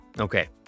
Okay